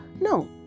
no